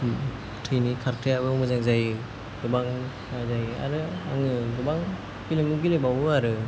थैनि खारथाइयाबो मोजां जायो गोबां रायलायो आरो आङो गोबां गेलेमु गेलेबावो आरो